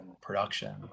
production